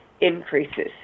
increases